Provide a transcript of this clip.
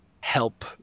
help